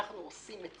אנחנו עושים את